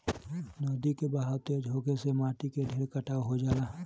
नदी के बहाव तेज होखे से माटी के ढेर कटाव हो जाला